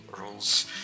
rules